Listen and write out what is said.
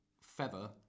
feather